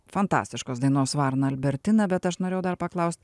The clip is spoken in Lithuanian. fantastiškos dainos varna albertina bet aš norėjau dar paklaust